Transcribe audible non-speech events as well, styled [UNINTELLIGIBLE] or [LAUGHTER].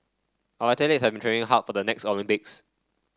our [UNINTELLIGIBLE] have training hard for the next Olympics